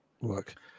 Look